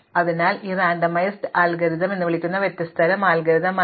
അതിനാൽ ഇത് randomised algorithm എന്ന് വിളിക്കുന്ന വ്യത്യസ്ത തരം അൽഗോരിതം ആണ്